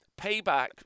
Payback